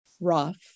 rough